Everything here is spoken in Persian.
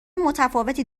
متفاوتی